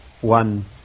one